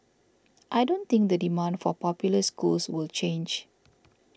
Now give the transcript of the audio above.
I don't think the demand for popular schools will change